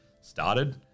started